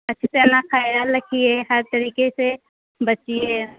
اچھے سے اپنا خیال رکھیے ہر طریقے سے بچیے